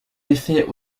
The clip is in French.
effets